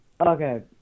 Okay